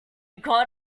god